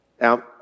Now